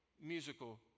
musical